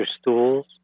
stools